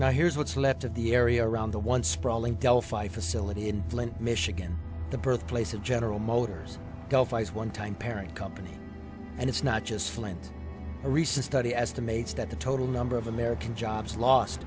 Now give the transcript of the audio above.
now here's what's left of the area around the one sprawling delphi facility in flint michigan the birthplace of general motors gulf i's one time parent company and it's not just flint a recent study estimates that the total number of american jobs lost